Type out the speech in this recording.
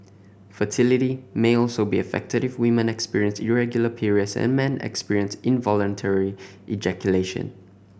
fertility may also be affected if women experience irregular periods and men experience involuntary ejaculation